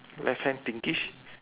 left hand pinkish